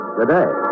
today